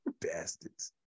Bastards